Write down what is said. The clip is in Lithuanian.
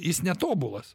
jis netobulas